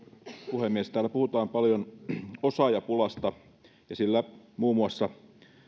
puhemies täällä puhutaan paljon osaajapulasta ja sillä muun muassa